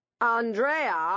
Andrea